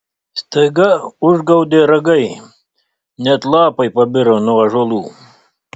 staiga užgaudė ragai net lapai pabiro nuo ąžuolų